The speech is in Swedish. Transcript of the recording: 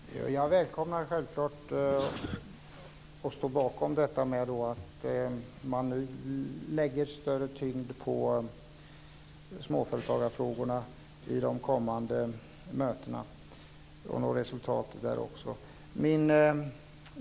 Herr talman! Jag välkomnar självklart och står bakom detta att man nu lägger större tyngd på småföretagarfrågorna vid de kommande mötena för att nå resultat också där.